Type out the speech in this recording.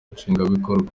nshingwabikorwa